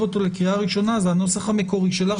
לקריאה ראשונה זה הנוסח המקורי שלך,